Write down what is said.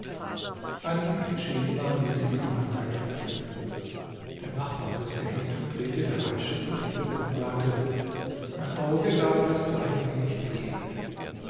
als dies geschehen war ließ sie die mahlzeit fortsetzen der nachbar des gehängten drehte der reisschüssel den rücken und sagte mein auge darf das deinige nicht sehen